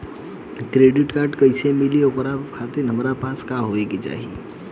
Credit card कैसे मिली और ओकरा खातिर हमरा पास का होए के चाहि?